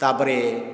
ତା'ପରେ